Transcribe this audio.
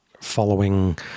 following